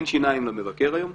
אין שיניים למבקר היום,